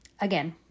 again